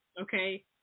Okay